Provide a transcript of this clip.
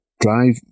drive